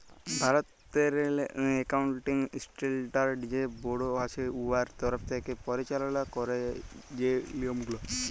ভারতেরলে accounting standard যে board আছে উয়ার তরফ থ্যাকে পরিচাললা ক্যারে যে লিয়মগুলা